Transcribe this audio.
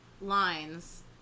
lines